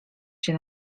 się